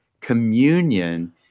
communion